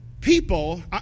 people